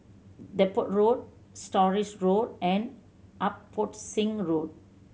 Depot Road Stores Road and Abbotsingh Road